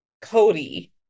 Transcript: Cody